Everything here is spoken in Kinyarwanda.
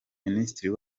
minisitiri